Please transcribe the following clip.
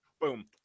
Boom